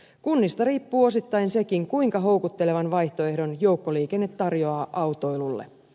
kunnista riippuu osittain sekin kuinka houkuttelevan vaihtoehdon joukkoliikenne tarjoaa autoilulle